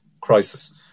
crisis